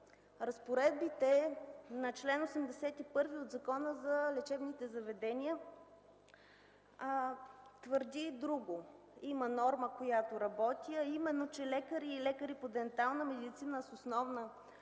разпоредбите на чл. 81 от Закона за лечебните заведения твърди друго – има норма, която работи, а именно, че лекари и лекари по дентална медицина с основна